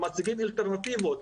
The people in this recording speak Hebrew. מציגים אלטרנטיבות,